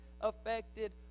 affected